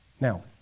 Now